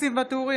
ניסים ואטורי,